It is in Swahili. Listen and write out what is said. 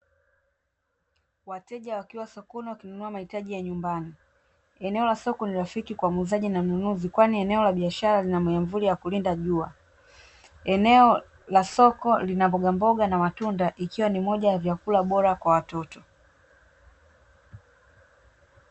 Wateja wakiwa sokoni wakinunua mahitaji ya nyumbani. Eneo la soko ni rafiki kwa muuzaji na mnunuzi kwani eneo la biashara lina miamvuli ya kulinda jua, eneo la soko lina mbogamboga na matunda ikiwa ni moja ya vyakula bora kwa watoto.